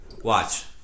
Watch